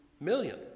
million